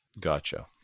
gotcha